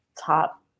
top